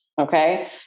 Okay